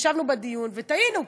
ישבנו בדיון ותהינו,